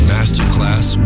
Masterclass